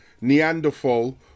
Neanderthal